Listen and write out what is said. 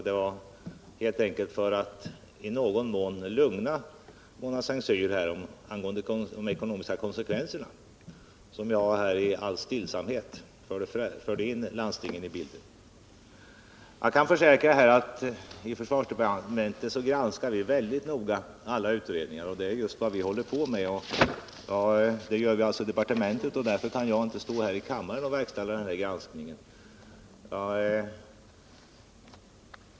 Det var helt enkelt för att i någon mån lugna Mona S:t Cyr när det gäller de ekonomiska konsekvenserna som jag i all stillsamhet förde in landstingen i bilden. Jag kan försäkra att vi i försvarsdepartementet synnerligen noga granskar alla utredningsförslag, och det är just vad vi nu håller på med. Men det gör vi alltså i departementet, och därför kan jag inte stå här i kammaren och verkställa den granskningen.